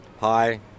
hi